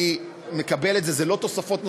אני מקבל את זה, זה לא תוספות נוספות,